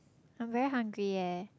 I'm very hungry eh